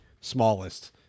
smallest